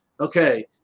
okay